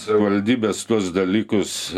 savivaldybės tuos dalykus